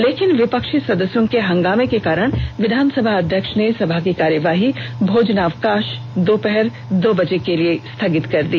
लेकिन विपक्षी सदस्यों के हंगामे के कारण विधानसभा अध्यक्ष ने समा की कार्यवाही को भोजनावकाश दोपहर दो बजे तक के लिए स्थगित कर दी